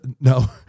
no